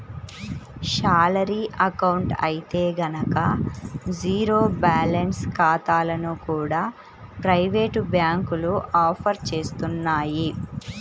salary account అయితే గనక zero balance ఖాతాలను కూడా ప్రైవేటు బ్యాంకులు ఆఫర్ చేస్తున్నాయి